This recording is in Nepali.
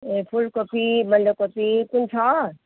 ए फुलकोपी बन्दकोपी पनि छ